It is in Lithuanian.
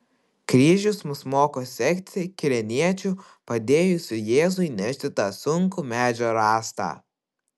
kryžius mus moko sekti kirėniečiu padėjusiu jėzui nešti tą sunkų medžio rąstą